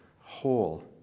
whole